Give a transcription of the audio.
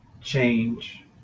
change